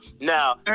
Now